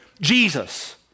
Jesus